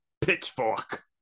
Pitchfork